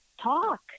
Talk